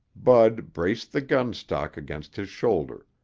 bud braced the gun stock against his shoulder,